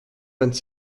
vingt